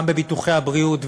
גם בביטוחי הבריאות,